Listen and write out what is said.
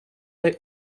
hij